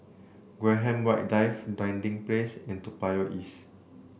Graham White Drive Dinding Place and Toa Payoh East